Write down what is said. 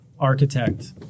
architect